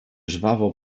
żwawo